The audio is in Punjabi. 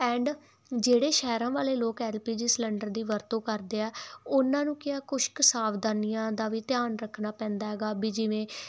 ਐਂਡ ਜਿਹੜੇ ਸ਼ਹਿਰਾਂ ਵਾਲੇ ਲੋਕ ਐਲ ਪੀ ਜੀ ਸਲੰਡਰ ਦੀ ਵਰਤੋਂ ਕਰਦੇ ਆ ਉਹਨਾਂ ਨੂੰ ਕੀ ਆ ਕੁਝ ਕੁ ਸਾਵਧਾਨੀਆਂ ਦਾ ਵੀ ਧਿਆਨ ਰੱਖਣਾ ਪੈਂਦਾ ਹੈਗਾ ਵੀ ਜਿਵੇਂ